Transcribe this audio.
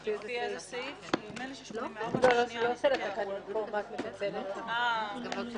14:00.